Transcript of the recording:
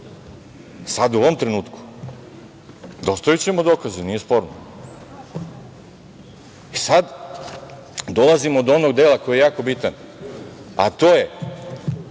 Sad, u ovom trenutku. Dostavićemo dokaze, nije sporno. Sad dolazimo do onog dela koji je jako bitan, a to je